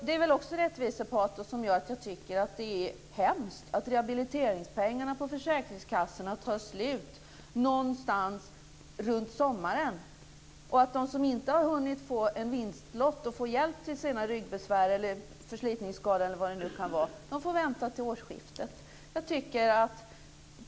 Det är väl också rättvisepatos som gör att jag tycker att det är hemskt att rehabiliteringspengarna på försäkringskassorna tar slut någonstans runt sommaren och att de som inte har hunnit få en vinstlott och får hjälp med sina ryggbesvär, förslitningsskador eller vad det nu kan vara får vänta till årsskiftet.